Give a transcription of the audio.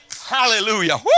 Hallelujah